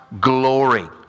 glory